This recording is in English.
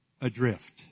adrift